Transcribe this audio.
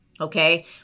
okay